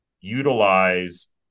utilize